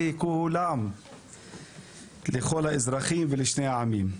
לכל האזרחים ולשני העמים.